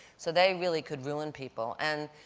so they really could ruin people. and